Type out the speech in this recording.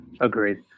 agreed